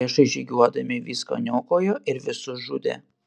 priešai žygiuodami viską niokojo ir visus žudė